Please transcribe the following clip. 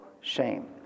shame